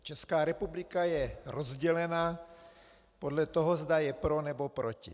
Česká republika je rozdělena podle toho, zda je pro, nebo proti.